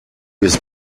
was